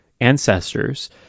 ancestors